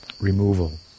removal